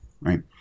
right